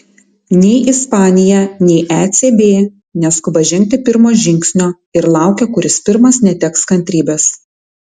nei ispanija nei ecb neskuba žengti pirmo žingsnio ir laukia kuris pirmas neteks kantrybės